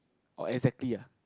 oh exactly ah